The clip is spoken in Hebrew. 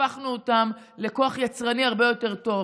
והפכנו אותם לכוח יצרני הרבה יותר טוב,